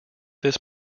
this